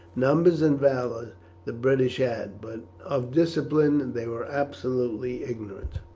numbers and valour the british had, but of discipline they were absolutely ignorant,